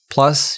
Plus